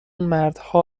مردها